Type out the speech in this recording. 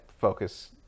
focus